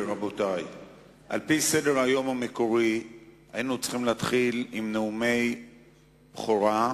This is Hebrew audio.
על-פי סדר היום המקורי היינו צריכים להתחיל עם נאומי בכורה,